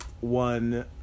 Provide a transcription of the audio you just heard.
one